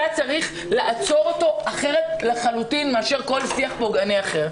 אתה צריך לעצור אותו אחרת לחלוטין מאשר כל שיח פוגעני אחר.